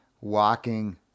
walking